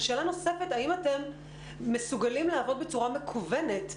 שנית, האם אתם מסוגלים לעבוד בצורה מקוונת?